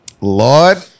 Lord